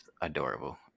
adorable